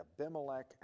Abimelech